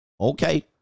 Okay